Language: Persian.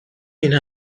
این